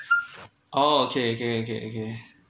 oh okay okay okay okay